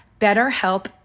BetterHelp